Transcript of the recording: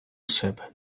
себе